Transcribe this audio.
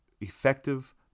effective